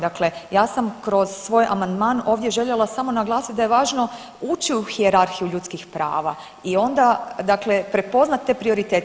Dakle, ja sam kroz svoj amandman ovdje željela samo naglasiti da je važno ući u hijerarhiju ljudskih prava i onda dakle prepoznati te prioritete.